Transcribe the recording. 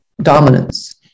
dominance